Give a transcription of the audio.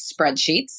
spreadsheets